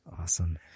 awesome